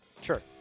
Sure